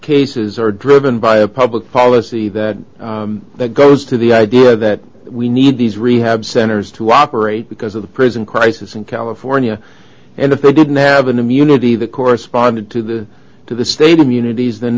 cases are driven by a public policy that that goes to the idea that we need these rehab centers to operate because of the prison crisis in california and if they didn't have an immunity the corresponded to the to the stadium unities the